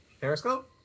Periscope